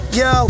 yo